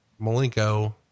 Malenko